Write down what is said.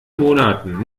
monaten